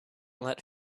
let